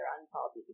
unsolved